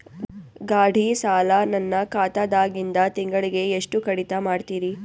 ಗಾಢಿ ಸಾಲ ನನ್ನ ಖಾತಾದಾಗಿಂದ ತಿಂಗಳಿಗೆ ಎಷ್ಟು ಕಡಿತ ಮಾಡ್ತಿರಿ?